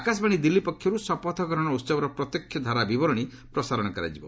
ଆକାଶବାଣୀ ଦିଲ୍ଲୀ ପକ୍ଷରୁ ଶପଥ ଗ୍ରହଣ ଉତ୍ସବର ପ୍ରତ୍ୟକ୍ଷ ଧାରାବିବରଣୀ ପ୍ରସାରଣ କରାଯିବ